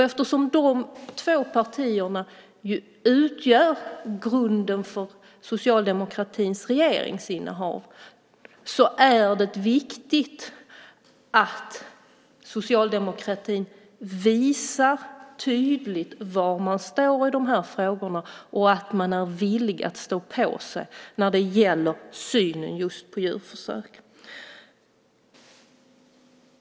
Eftersom de två partierna utgör grunden för Socialdemokraternas regeringsinnehav är det viktigt att Socialdemokraterna visar tydligt var man står i de här frågorna och att man är villig att stå på sig när det gäller synen just på djurförsök.